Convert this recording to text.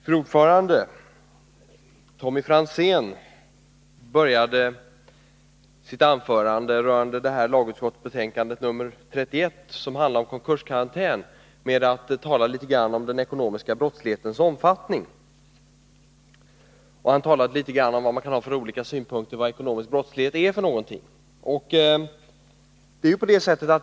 Fru talman! Tommy Franzén började sitt anförande rörande lagutskottets betänkande 31, som handlar om konkurskarantän, med att tala litet grand om den ekonomiska brottslighetens omfattning. Han talade också litet grand om vilka olika synpunkter man kan ha på vad ekonomisk brottslighet är.